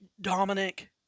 Dominic